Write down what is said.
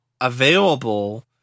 available